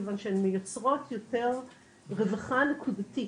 כיוון שהן מייצרות יותר רווחה נקודתית,